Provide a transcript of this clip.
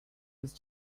was